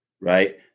right